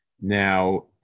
Now